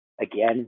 Again